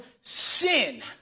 sin